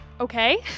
okay